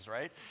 right